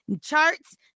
charts